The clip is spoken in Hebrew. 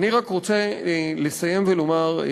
אני רק רוצה לסיים ולומר,